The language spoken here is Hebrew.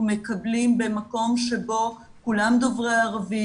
מקבלים במקום שבו כולם דוברי ערבית.